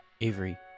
Avery